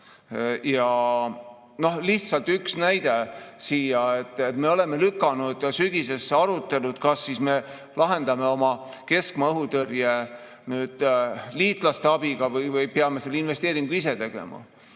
pikem. Lihtsalt üks näide siia: me oleme lükanud sügisesse arutelud, kas me lahendame oma keskmaa õhutõrje [vajaduse] liitlaste abiga või peame selle investeeringu ise tegema.